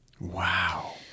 Wow